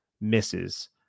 misses